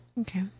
Okay